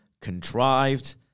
contrived